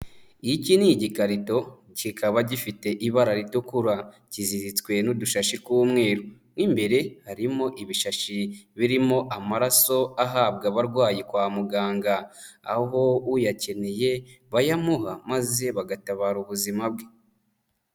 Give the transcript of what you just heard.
Iki ni igikarito kikaba gifite ibara ritukura. Kiziritswe n'udushashi tw'umweru. Mu imbere harimo ibishashi birimo amaraso ahabwa abarwayi kwa muganga. Aho uyakeneye bayamuha maze bagatabara ubuzima bwe.